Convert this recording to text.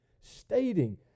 stating